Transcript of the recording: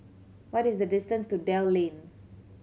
what is the distance to Dell Lane